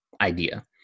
idea